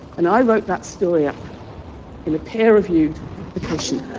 and i wrote that story up in a peer-reviewed publication